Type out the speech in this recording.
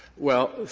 well,